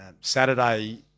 Saturday